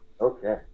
Okay